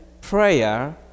prayer